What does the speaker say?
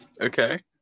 Okay